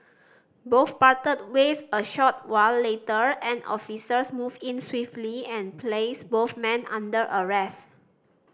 both parted ways a short while later and officers moved in swiftly and placed both men under arrest